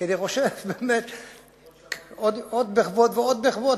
כי אני חושב שעוד מחוות ועוד מחוות,